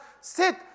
Sit